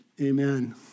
Amen